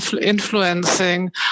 influencing